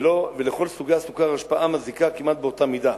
ולכל סוגי הסוכר השפעה מזיקה כמעט באותה מידה.